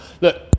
Look